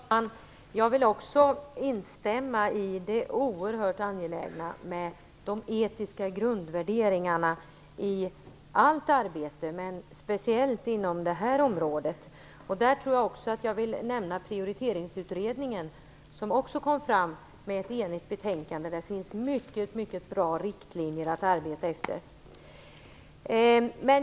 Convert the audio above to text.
Fru talman! Jag vill också instämma i det oerhört angelägna i de etiska grundvärderingarna i allt arbete och speciellt inom detta område. Där vill jag också nämna Prioriteringsutredningen, som kommit fram med ett enigt betänkande. Där finns mycket bra riktlinjer att arbeta efter.